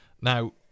Now